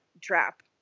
trap